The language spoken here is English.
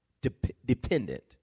Dependent